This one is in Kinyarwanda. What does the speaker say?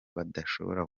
badashobora